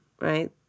right